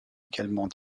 également